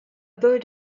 board